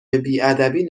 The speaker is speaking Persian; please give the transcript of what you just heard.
بیادبی